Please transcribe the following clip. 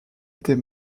était